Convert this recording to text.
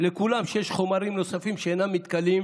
לכולם שיש חומרים נוספים שאינם מתכלים